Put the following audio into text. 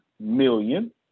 Million